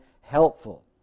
helpful